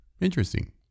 Interesting